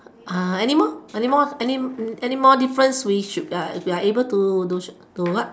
uh anymore anymore any anymore difference we should we are able to to what